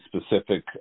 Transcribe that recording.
specific